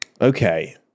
Okay